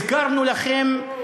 הזכרנו לכם,